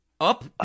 Up